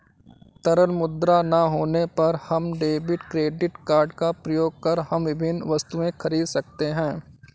तरल मुद्रा ना होने पर हम डेबिट क्रेडिट कार्ड का प्रयोग कर हम विभिन्न वस्तुएँ खरीद सकते हैं